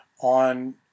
on